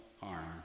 harm